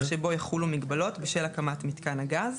שבו יחולו מגבלות בשל הקמת מתגן הגז,